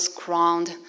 crowned